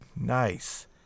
Nice